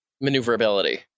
maneuverability